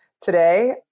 today